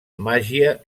màgia